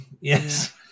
Yes